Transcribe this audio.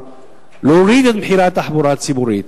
להוריד את מחירי התחבורה הציבורית.